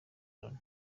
loni